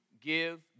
give